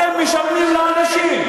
אתם משקרים לאנשים.